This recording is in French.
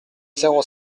zéro